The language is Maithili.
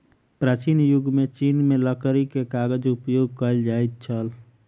प्राचीन युग में चीन में लकड़ी के कागज उपयोग कएल जाइत छल